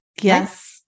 Yes